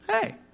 hey